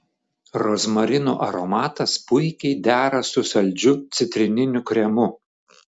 rozmarinų aromatas puikiai dera su saldžiu citrininiu kremu